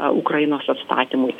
ukrainos atstatymui